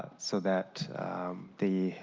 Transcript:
ah so that the